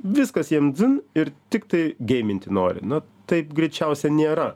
viskas jiems dzin ir tiktai geiminti nori na taip greičiausiai nėra